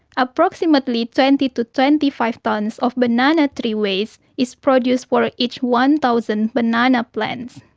approximately twenty to twenty five tonnes of banana tree waste is produced for ah each one thousand banana plants.